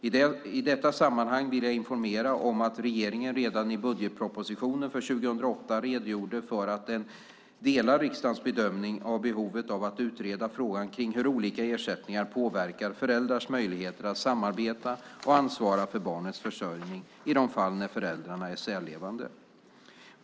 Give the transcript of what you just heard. I detta sammanhang vill jag informera om att regeringen redan i budgetpropositionen för 2008 redogjorde för att den delar riksdagens bedömning av behovet av att utreda frågan kring hur olika ersättningar påverkar föräldrars möjligheter att samarbeta och ansvara för barnets försörjning, i de fall där föräldrarna är särlevande.